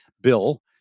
bill